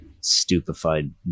stupefied